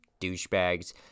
douchebags